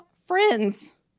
friends